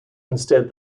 instead